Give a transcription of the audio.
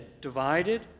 divided